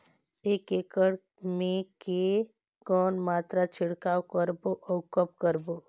एक एकड़ मे के कौन मात्रा छिड़काव करबो अउ कब करबो?